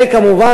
וכמובן,